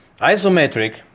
Isometric